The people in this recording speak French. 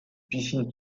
piscine